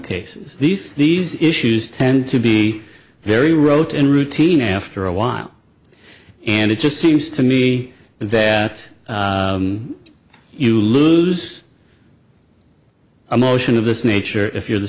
cases these these issues tend to be very wrote in routine after a while and it just seems to me that you lose a motion of this nature if you're the